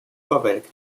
verwelkt